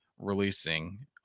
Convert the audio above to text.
releasing